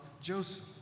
Joseph